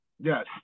Yes